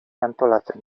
antolatzen